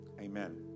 amen